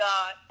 God